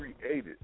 created